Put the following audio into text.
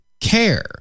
care